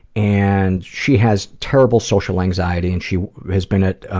and she has terrible social anxiety. and she has been